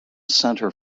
center